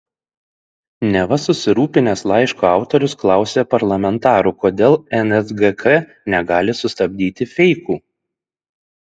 neva susirūpinęs laiško autorius klausė parlamentarų kodėl nsgk negali sustabdyti feikų